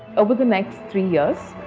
over the next three years,